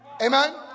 Amen